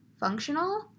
functional